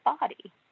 body